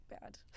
bad